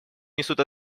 несут